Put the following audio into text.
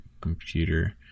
computer